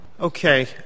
Okay